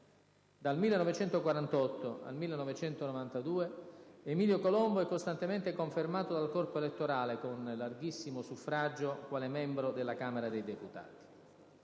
Dal 1948 al 1992 Emilio Colombo è costantemente confermato dal corpo elettorale, con larghissimo suffragio, quale membro della Camera dei deputati.